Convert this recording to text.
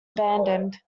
abandoned